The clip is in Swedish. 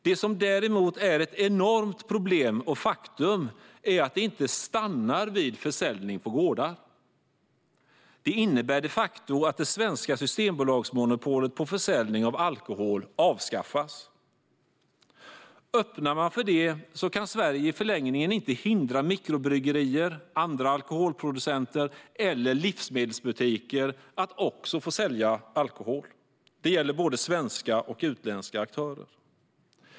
Det som däremot är ett enormt problem och faktum är att det inte stannar vid försäljning på gårdar. Det innebär de facto att det svenska systembolagsmonopolet på försäljning av alkohol avskaffas. Om man öppnar för gårdsförsäljning kan Sverige i förlängningen inte hindra mikrobryggerier, andra alkoholproducenter eller livsmedelsbutiker från att också få sälja alkohol. Det gäller både svenska och utländska aktörer.